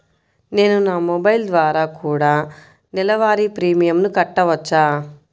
నేను నా మొబైల్ ద్వారా కూడ నెల వారి ప్రీమియంను కట్టావచ్చా?